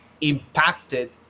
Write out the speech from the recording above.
impacted